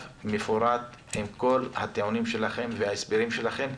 מפורט עם כל הטיעונים שלכם וההסברים שלכם.